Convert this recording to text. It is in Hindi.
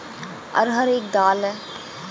अरहर एक दाल है